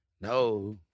No